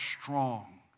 strong